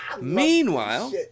Meanwhile